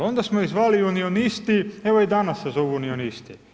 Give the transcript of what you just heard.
Onda smo ih zvali unionisti, evo i danas se zovu unionisti.